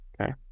Okay